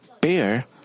bear